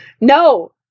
no